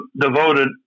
devoted